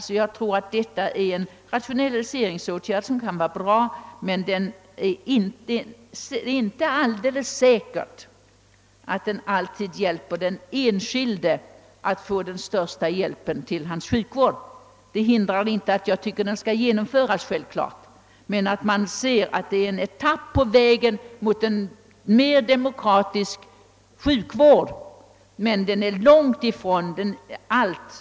Den nu föreslagna reformen är en bra rationalisering, men det är inte alldeles säkert att den alltid hjälper den enskilde till bästa möjliga sjukvård. Det hindrar naturligtvis inte att den bör genomföras. Man måste emellertid se den som en etapp på vägen mot en mer demokratisk sjukvård.